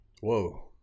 Whoa